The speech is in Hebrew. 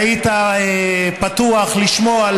שהיית פתוח לשמוע,